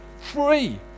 free